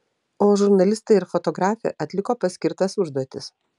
o žurnalistai ir fotografė atliko paskirtas užduotis